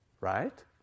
right